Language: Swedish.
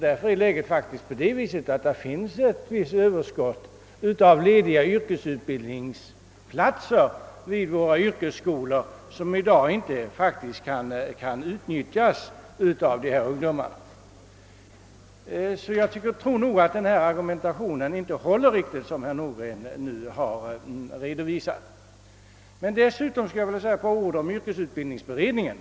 Läget är faktiskt det, att det vid våra yrkesskolor finns ett visst överskott av yrkesutbildningsplatser som i dag inte kan utnyttjas av dessa ungdomar. Jag tror därför att herr Nordgrens argumentation på denna punkt inte riktigt håller. Dessutom skulle jag vilja säga ett par ord om yrkesutbildningsberedningen.